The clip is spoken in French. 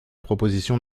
proposition